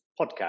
podcast